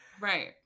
Right